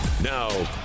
Now